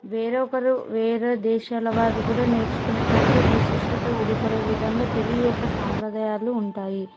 వేరొకరు వేరే దేశాల వారు కూడా నేర్చుకునేటట్టు విశిష్టత ఊడిపడే విధంగా తెలుగు యొక్క సాంప్రదాయాలు ఉంటాయి